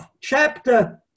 chapter